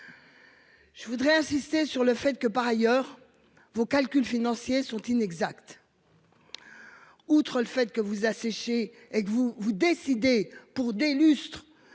Je voudrais insister sur le fait que, par ailleurs vos calculs financiers sont inexacts. Outre le fait que vous séché et que vous décidez pour des lustres